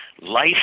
life